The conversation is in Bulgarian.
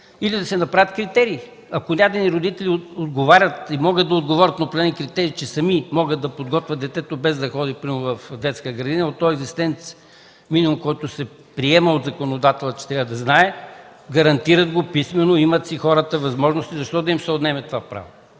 или да се направят критерии. Ако дадени родители отговарят и могат да отговорят на определени критерии, че сами могат да подготвят детето, без да ходи примерно в детска градина, от този екзистенц-минимум, който се приема от законодателя, че трябва да знае, гарантират го писмено, хората си имат възможности, защо да им се отнеме това право?